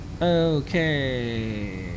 okay